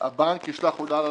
הבנק ישלח הודעה ללקוח.